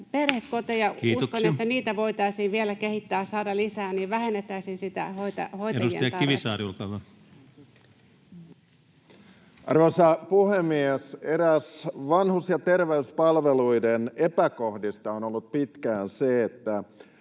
perhekoteja voitaisiin vielä kehittää, saada lisää, ja sillä vähennettäisiin sitä hoitajien tarvetta. Edustaja Kivisaari, olkaa hyvä. Arvoisa puhemies! Eräs vanhus- ja terveyspalveluiden epäkohdista on ollut pitkään se, että